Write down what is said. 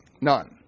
none